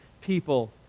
people